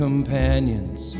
Companions